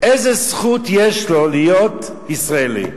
איזה זכות יש לו להיות ישראלי?